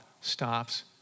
stops